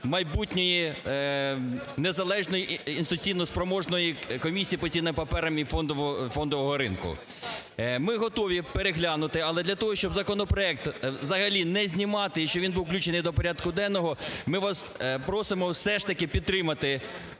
майбутньої незалежної, інституційно спроможної комісії по цінним паперам і фондового ринку. Ми готові переглянути, але для того, щоб законопроект взагалі не знімати, і щоб він був включений до порядку денного, ми вас просимо все ж таки підтримати